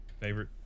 Favorite